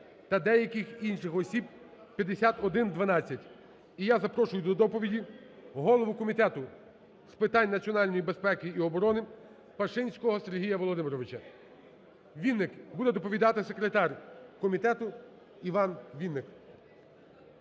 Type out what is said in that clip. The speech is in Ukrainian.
та деяких інших осіб 5112. І я запрошую до доповіді голову Комітету з питань національної безпеки і оборони Пашинського Сергія Володимировича. Вінник. Буде доповідати секретар комітету Іван Вінник.